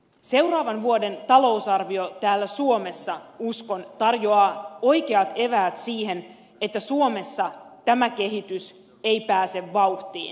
seuraavan vuoden talousarvio täällä suomessa uskon tarjoaa oikeat eväät siihen että suomessa tämä kehitys ei pääse vauhtiin